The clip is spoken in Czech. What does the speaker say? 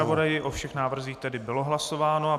O všech návrzích tedy bylo hlasováno.